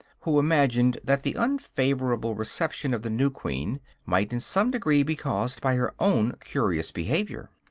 who imagined that the unfavorable reception of the new queen might in some degree be caused by her own curious behavior.